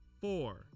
four